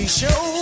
show